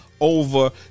over